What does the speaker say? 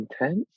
intense